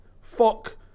Fuck